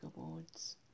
Awards